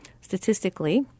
statistically